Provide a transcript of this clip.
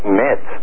met